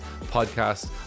podcast